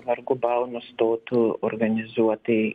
vargu bau nustotų organizuotai